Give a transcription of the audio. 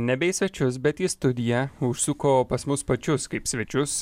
nebe į svečius bet į studiją užsuko pas mus pačius kaip svečius